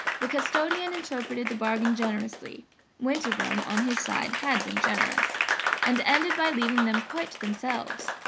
the custodian interpreted the bargain generously winterbourne, on his side, had been generous and ended by leaving them quite to themselves.